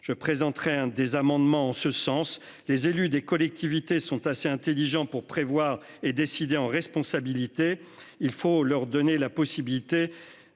Je présenterai des amendements en ce sens. Les élus des collectivités sont assez intelligents pour prévoir et décider en responsabilité. Il faut toutefois leur donner la possibilité